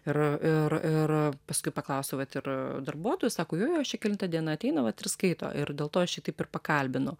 ir ir ir paskui paklausiau vat ir darbuotojų sako jo jo jis čia kelinta diena ateina vat ir skaito ir dėl to aš jį taip ir pakalbinau